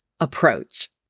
approach